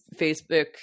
facebook